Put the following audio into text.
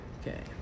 Okay